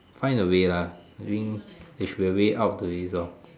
find away lah I think there should be away to this hor